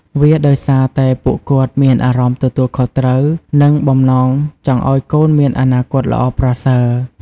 វាដោយសារតែពួកគាត់មានអារម្មណ៍ទទួលខុសត្រូវ និងបំណងចង់ឲ្យកូនមានអនាគតល្អប្រសើរ។